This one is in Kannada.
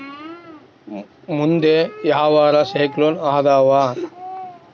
ಮುಂದೆ ಯಾವರ ಸೈಕ್ಲೋನ್ ಅದಾವ?